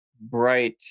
bright